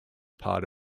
part